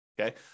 Okay